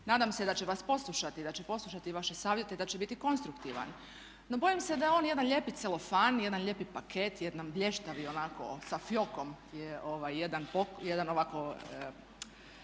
nadam se da će vas poslušati, da će poslušati vaše savjete, da će biti konstruktivan. No bojim se da je on jedan lijepi celofan, jedan lijepi paket, jedan blještavi onako sa fijokom jedan ovako